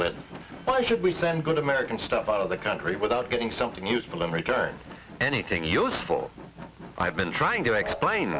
with should we send good american stuff out of the country without getting something useful in return anything useful i have been trying to explain